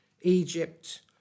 Egypt